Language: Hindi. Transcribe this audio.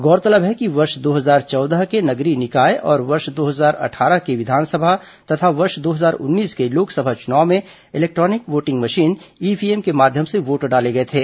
गौरतलब है कि वर्ष दो हजार चौदह के नगरीय निकाय और वर्ष दो हजार अट्ठारह के विधानसभा तथा वर्ष दो हजार उन्नीस के लोकसभा चुनाव में इलेक्ट्रॉनिक वोटिंग मशीन ईवीएम के माध्यम से वोट डाले गए थे